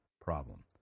problem